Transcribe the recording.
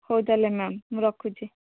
ହଉ ତାହେଲେ ମ୍ୟାମ୍ ମୁଁ ରଖୁଛି